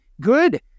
good